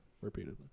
repeatedly